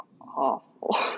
awful